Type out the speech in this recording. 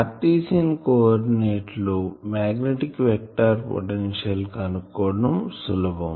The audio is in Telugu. కార్టీసియన్ కోఆర్డినెట్స్ లో మాగ్నెటిక్ వెక్టార్ పొటెన్షియల్ కనుక్కోవటం సులభం